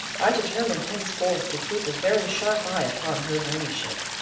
i determined henceforth to keep a very sharp eye upon her ladyship.